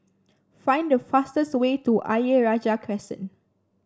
find the fastest way to Ayer Rajah Crescent